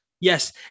yes